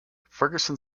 ferguson